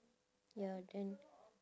ya then